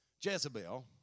Jezebel